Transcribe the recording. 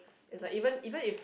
is like even even if